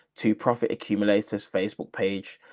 two profit accumulates this facebook page.